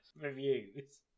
reviews